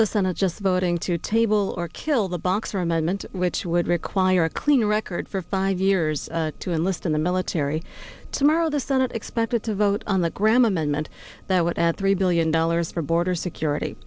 the senate just voting to table or kill the boxer amendment which would require a clean record for five years to enlist in the military tomorrow the senate expected to vote on the graham amendment that would add three billion dollars for border security